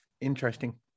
interesting